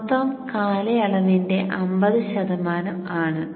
മൊത്തം കാലയളവിന്റെ 50 ശതമാനം ആണ്